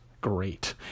great